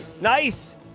Nice